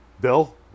Bill